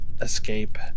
escape